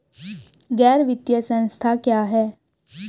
गैर वित्तीय संस्था क्या है?